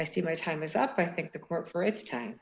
i see my time is up i think the court for its time